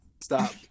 stop